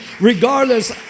regardless